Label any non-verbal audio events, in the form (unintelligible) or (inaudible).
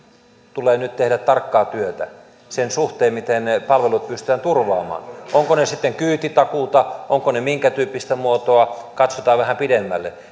tulee nyt tehdä tarkkaa työtä sen suhteen miten ne palvelut pystytään turvaamaan ovatko ne sitten kyytitakuuta ovatko ne minkä tyyppistä muotoa katsotaan vähän pidemmälle (unintelligible)